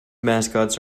mascots